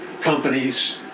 companies